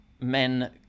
men